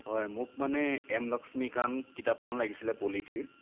হয় মোক মানে এম লক্ষ্মীকান্ত কিতাপখন লাগিছিলে পলিটিৰ